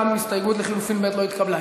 גם הסתייגות לחלופין ב' לא התקבלה.